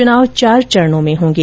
चुनाव चार चरणों में होंगे